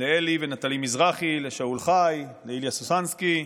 לאלי ונטלי מזרחי, לשאול חי, לאיליה סוסנסקי,